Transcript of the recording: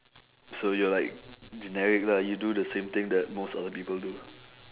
so you're like generic lah you do the same thing that most other people do